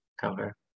cover